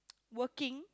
working